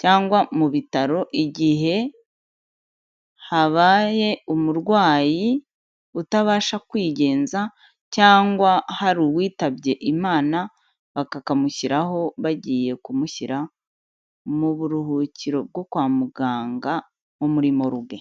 cyangwa mu bitaro igihe habaye umurwayi utabasha kwigenza cyangwa hari uwitabye Imana, bakakamushyiraho bagiye kumushyira mu buruhukiro bwo kwa muganga nko muri moruge.